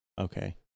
Okay